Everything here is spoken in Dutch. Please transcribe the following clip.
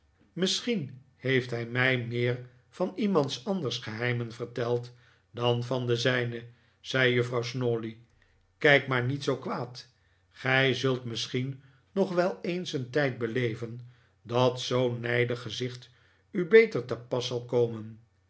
misschien heeft hij mij meer van iemands anders geheimen verteld dan van de zijne zei juffrouw snawley kijk maar niet zoo kwaad gij zult misschien nog wel eens een tijd beleven dat zoo'n nijdig gezicht u beter te pas zal komen